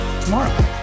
tomorrow